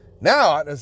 Now